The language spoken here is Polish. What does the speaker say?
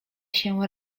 się